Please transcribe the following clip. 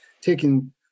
taking